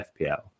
fpl